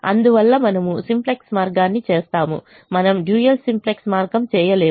అందువల్ల మనము సింప్లెక్స్ మార్గాన్ని చేస్తాము మనము డ్యూయల్ సింప్లెక్స్ మార్గం చేయలేము